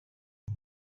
این